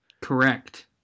Correct